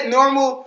normal